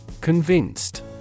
Convinced